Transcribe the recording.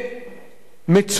עברייני חוסר ברירה.